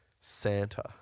Santa